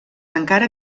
encara